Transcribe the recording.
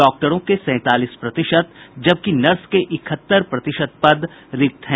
डॉक्टरों के सैंतालीस प्रतिशत जबकि नर्स के इकहत्तर प्रतिशत पद रिक्त हैं